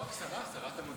לא רק שרה, שרת המודיעין.